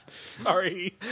Sorry